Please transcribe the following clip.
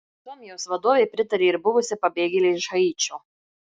suomijos vadovei pritarė ir buvusi pabėgėlė iš haičio